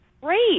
Great